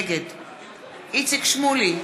נגד איציק שמולי,